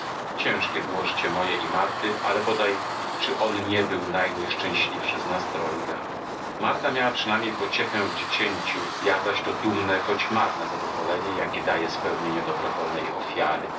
ciężkie było życie moje i marty ale bodaj czy on nie był najnieszczęśliwszy z nas trojga marta miała przynajmniej pociechę w dziecięciu ja zaś to dumne choć marne zadowolenie jakie daje spełnienie dobrowolnej ofiary